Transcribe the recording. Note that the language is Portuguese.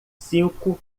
cinco